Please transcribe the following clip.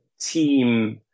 team